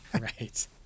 Right